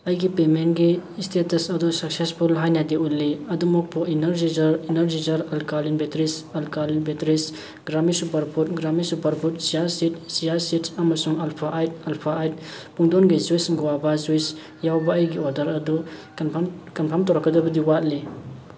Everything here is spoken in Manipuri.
ꯑꯩꯒꯤ ꯄꯦꯃꯦꯟꯒꯤ ꯏꯁꯇꯦꯇꯁ ꯑꯗꯨ ꯁꯛꯁꯦꯁꯐꯨꯜ ꯍꯥꯏꯅꯗꯤ ꯎꯠꯂꯤ ꯑꯗꯨꯃꯛꯄꯨ energizer energizer alkaline batteries alkaline batteries Gramiee super food Gramiee super food chia seed chia seed ꯑꯃꯁꯨꯡ ꯑꯜꯐꯥ ꯑꯥꯏꯠ ꯑꯜꯐꯥ ꯑꯥꯏꯠ ꯄꯨꯡꯗꯣꯟꯒꯤ ꯖꯨꯏꯁ ꯒ꯭ꯋꯣꯚꯥ ꯖꯨꯏꯁ ꯌꯥꯎꯕ ꯑꯩꯒꯤ ꯑꯣꯔꯗꯔ ꯑꯗꯨ ꯀꯟꯐꯥꯔꯝ ꯀꯟꯐꯥꯔꯝ ꯇꯧꯔꯛꯀꯗꯕꯗꯤ ꯋꯥꯠꯂꯤ